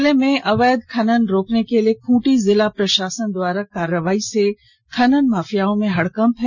जिले में अवैध खनन रोकने के लिए खूंटी जिला प्रशासन की करवाई से खनन माफियाओं में हड़कंप है